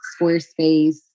Squarespace